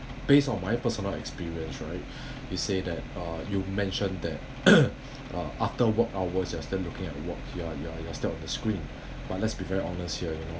based on my personal experience right you say that uh you mentioned that after work hours as they're looking at work you are you are you are still on the screen but let's be very honest here you know